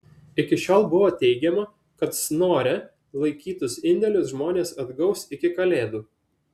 iki šiol buvo teigiama kad snore laikytus indėlius žmonės atgaus iki kalėdų